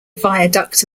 viaduct